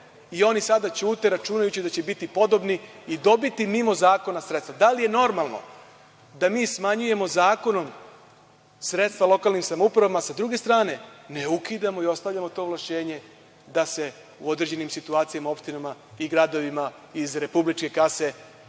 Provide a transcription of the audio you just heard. i oni sada ćute računajući da će biti podobni i dobiti mimo zakona sredstva. Da li je normalno da mi smanjujemo zakonom sredstva lokalnim samoupravama, a sa druge strane ne ukidamo i ostavljamo to ovlašćenje da se u određenim situacijama opštinama i gradovima iz republičke kase,